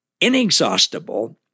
inexhaustible